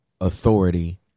authority